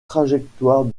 trajectoire